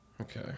Okay